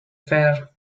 fare